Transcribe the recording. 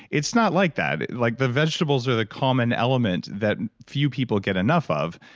it's not like that. like the vegetables are the common element that few people get enough of.